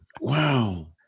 wow